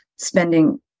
spending